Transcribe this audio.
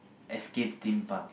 Escape-Theme-Park